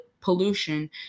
pollution